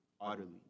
utterly